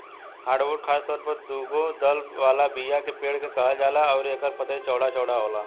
hardwood खासतौर पर दुगो दल वाला बीया के पेड़ के कहल जाला अउरी एकर पतई चौड़ा चौड़ा होला